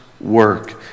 work